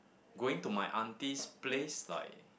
going to my auntie's place like